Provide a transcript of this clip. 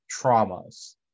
traumas